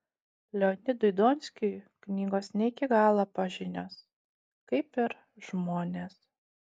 leonidui donskiui knygos ne iki galo pažinios kaip ir žmonės